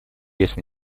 если